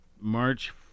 March